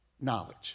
knowledge